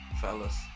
Fellas